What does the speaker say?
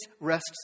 rests